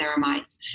ceramides